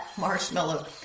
marshmallow